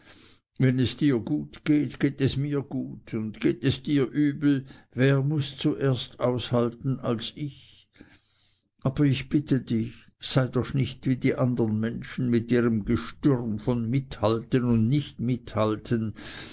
wenn es dir gut geht geht es mir gut und geht es dir übel wer muß zuerst aushalten als ich aber ich bitte dich sei doch nicht wie die andern menschen mit ihrem gestürm von mithalten und nicht mithalten